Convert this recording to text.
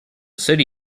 city